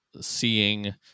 seeing